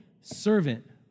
servant